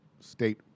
state